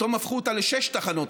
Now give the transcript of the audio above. פתאום הפכו אותה לשש תחנות,